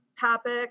topic